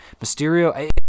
Mysterio